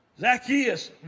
Zacchaeus